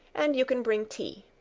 and you can bring tea.